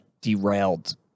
derailed